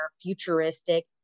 futuristic